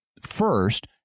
First